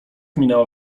minęła